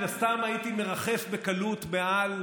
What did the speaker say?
מן הסתם הייתי מרחף בקלות מעל